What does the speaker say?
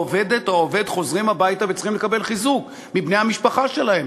העובדת או העובד חוזרים הביתה וצריכים לקבל חיזוק מבני המשפחה שלהם.